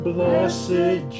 Blessed